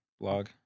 blog